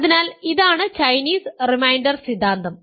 അതിനാൽ ഇതാണ് Chinese reminder സിദ്ധാന്തം